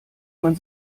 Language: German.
man